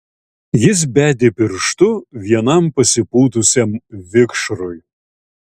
jis bedė pirštu vienam pasipūtusiam vikšrui